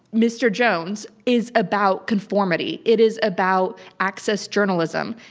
mr. jones, is about conformity. it is about access journalism.